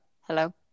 Hello